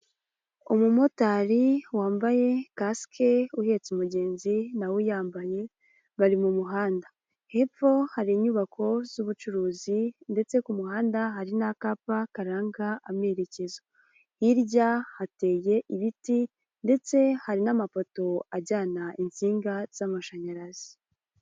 Umu motari wambaye kasike uhetse umugenzi nawe uyambaye bari mu muhanda. hepfo hari inyubako z'ubucuruzi ndetse ku muhanda hari n'akapa karanga amerekezo. Hirya hateye ibiti ndetse hari n'amapoto ajyana insinga z'amashanyarazi.